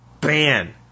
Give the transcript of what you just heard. ban